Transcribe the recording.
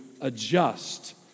adjust